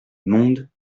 monde